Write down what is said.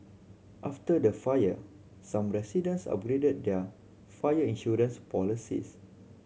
after the fire some residents upgraded their fire insurance policies